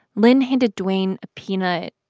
lynn handed dwayne a peanut,